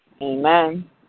Amen